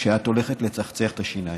כשאת הולכת לצחצח את השיניים.